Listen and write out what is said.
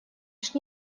лишь